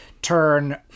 Turn